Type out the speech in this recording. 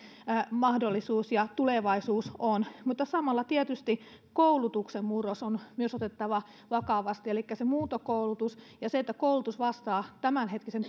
mahdollisuus ja tulevaisuus on mutta samalla tietysti koulutuksen murros on myös otettava vakavasti elikkä se muuntokoulutus ja se että koulutus vastaa tämänhetkisen